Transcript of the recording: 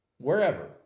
Wherever